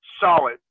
solid